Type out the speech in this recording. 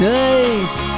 nice